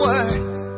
Words